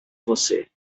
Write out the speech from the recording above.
você